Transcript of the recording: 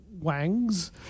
Wangs